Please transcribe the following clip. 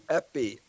epi